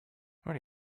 what